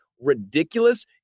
ridiculous